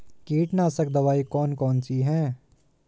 कीटनाशक दवाई कौन कौन सी हैं?